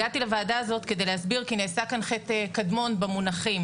הגעתי לוועדה הזאת כדי להסביר כי נעשה כאן חטא קדמון במונחים.